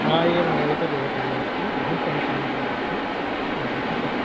हा एवम् एतदेव गृहमस्ति बहु समीचीनं गृहमपि वस्तुतः